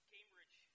Cambridge